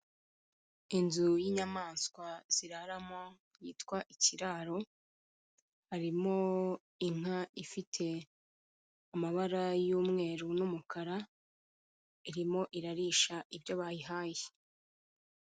Inzu y'inyamaswa ziraramo yitwa ikiraro, harimo inka ifite amabara y'umweru n'umukara, irimo irarisha ibyo bayihaye.